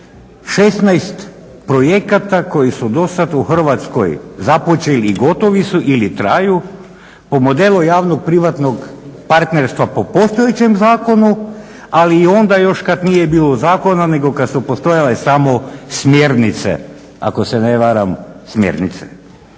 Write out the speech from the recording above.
16 projekata koji su do sada u Hrvatskoj započeli i gotovi su ili traju po modelu javno-privatnog partnerstva po postojećem zakonu ali onda još kada nije bilo zakona kada su postojale samo smjernice, ako se ne varam smjernice.